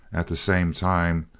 at the same time,